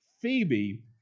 Phoebe